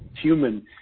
human